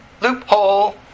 Loophole